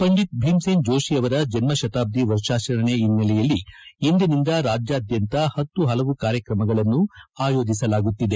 Pandit Bhimsen Joshi ಅವರ ಜನ್ನ ಶತಾಬ್ದಿ ವರ್ಷಾಚರಣೆ ಹಿನ್ನೆಲೆಯಲ್ಲಿ ಇಂದಿನಿಂದ ರಾಜ್ಯಾಂದ್ಯಂತ ಪತ್ತು ಪಲವು ಕಾರ್ಯಕ್ರಮಗಳನ್ನು ಆಯೋಜಿಸಲಾಗುತ್ತಿದೆ